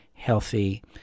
healthy